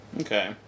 Okay